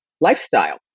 lifestyle